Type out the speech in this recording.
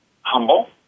humble